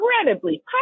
incredibly